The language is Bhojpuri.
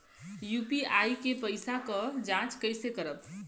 यू.पी.आई के पैसा क जांच कइसे करब?